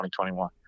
2021